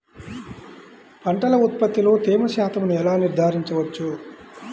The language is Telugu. పంటల ఉత్పత్తిలో తేమ శాతంను ఎలా నిర్ధారించవచ్చు?